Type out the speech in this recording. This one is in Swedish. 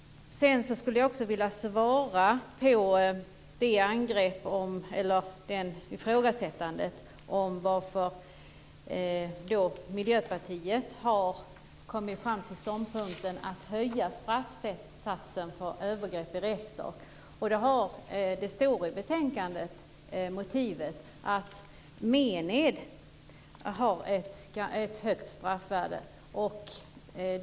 Sedan skulle jag också vilja svara på ifrågasättandet av att Miljöpartiet har kommit fram till ståndpunkten att höja straffsatsen för övergrepp i rättssak. Motivet står i betänkandet. Mened har ett högt straffvärde.